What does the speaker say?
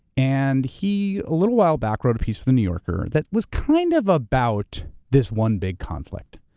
and he, a little while back, wrote a piece for the new yorker that was kind of about this one big conflict.